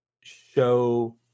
show